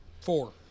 Four